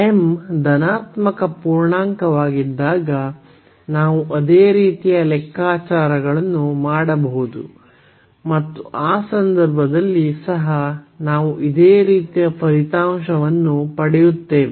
m ಧನಾತ್ಮಕ ಪೂರ್ಣಾಂಕವಾಗಿದ್ದಾಗ ನಾವು ಅದೇ ರೀತಿಯ ಲೆಕ್ಕಾಚಾರಗಳನ್ನು ಮಾಡಬಹುದು ಮತ್ತು ಆ ಸಂದರ್ಭದಲ್ಲಿ ಸಹ ನಾವು ಇದೇ ರೀತಿಯ ಫಲಿತಾಂಶವನ್ನು ಪಡೆಯುತ್ತೇವೆ